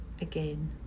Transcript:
again